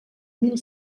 mil